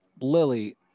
Lily